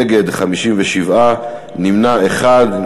נגד, 57, נמנע אחד.